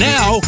Now